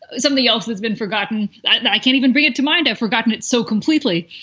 something else that's been forgotten. i can't even bring it to mind. i've forgotten it so completely.